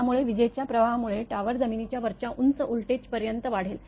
त्या विजेच्या प्रवाहामुळे टॉवर जमिनीच्या वरच्या उंच व्होल्टेज पर्यंत वाढेल